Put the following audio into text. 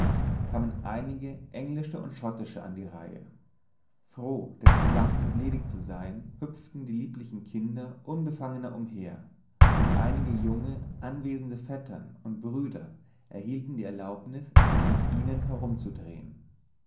kamen einige englische und schottische an die reihe froh des zwangs entledigt zu sein hüpften die lieblichen kinder unbefangener umher und einige junge anwesende vettern und brüder erhielten die erlaubnis sich mit ihnen herumzudrehen